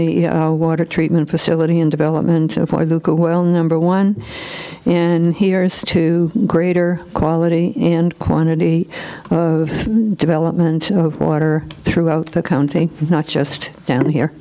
the water treatment facility and development of our google well number one and here is to greater quality and quantity of development of water throughout the county not just down here